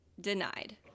denied